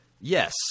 Yes